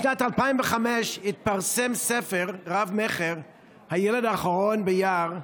בשנת 2005 התפרסם ספר רב-מכר, "הילד האחרון ביער",